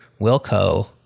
Wilco